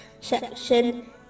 section